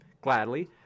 Gladly